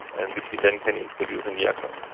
and which we then can introduce in the aircraft.